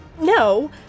no